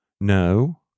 No